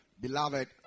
Beloved